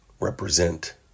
represent